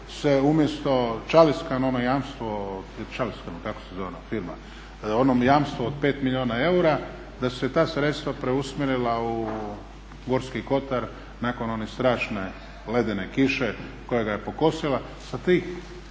se umjesto … ono jamstvo ili … kako se zove ona firma ono jamstvo od pet milijuna eura da su se ta sredstva preusmjerila u Gorski Kotar nakon one strašne ledene kiše koja ga je pokosila. Sa tih